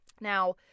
Now